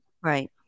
Right